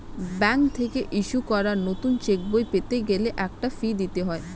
bank থেকে issue করা নতুন চেকবই পেতে গেলে একটা ফি দিতে হয়